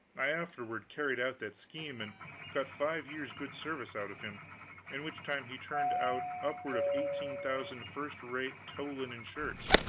i afterward carried out that scheme, and got five years' good service out of him in which time he turned out upward of eighteen thousand first-rate tow-linen shirts,